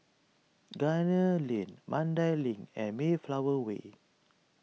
Gunner Lane Mandai Link and Mayflower Way